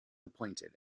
appointed